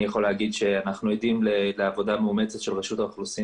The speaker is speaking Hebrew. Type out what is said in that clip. אני יכול להגיד שאנחנו עדים לעבודה מאומצת של רשות האוכלוסין